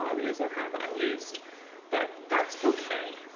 of these are kind of unused but that's okay.